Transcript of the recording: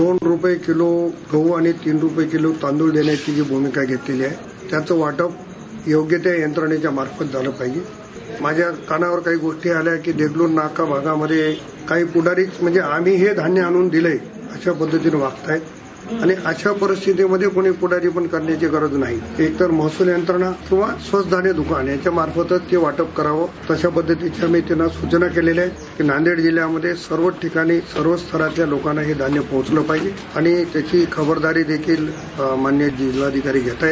दोन रुपये किलो गह आणि तीन रुपये किलो तांदळ देण्याची भूमिका घेतलेल्या त्यात वाट योग्य ते यंत्रणेमार्फत झालं पाहिजे माझ्या कानावर काही गोष्टी आल्या की देगलूर नाका भागांमध्ये काही पुढारी म्हणजे आम्हीचं हे धान्य आणून दिले अशा पद्धतीने वागतायं अशा परिस्थितीत कोणीही पुढारीपण करायची गरज नाही महसूल यंत्रणा स्वस्त धान्य दुकाने ते याच्या मार्फतचं वाटप करा व त्या पद्धतीचा मी त्याला सूचना केलेल्या नांदेड जिल्ह्यामध्ये सर्व ठिकाणी सर्व स्तरांतल्या लोकांना धान्य पोहोचले पाहिजे आणि त्याची खबरदारी देखील मान्य जिल्हाधिकारी घेत आहेत